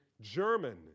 German